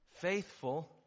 faithful